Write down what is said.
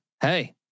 Hey